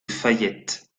fayette